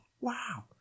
Wow